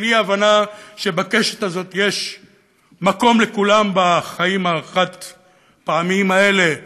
של אי-הבנה שבקשת הזאת יש מקום לכולם בחיים החד-פעמיים האלה,